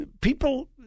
people